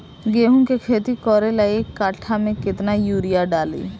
गेहूं के खेती करे ला एक काठा में केतना युरीयाँ डाली?